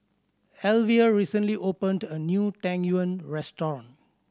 Alvia recently opened a new Tang Yuen restaurant